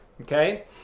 okay